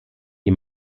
die